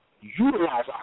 utilize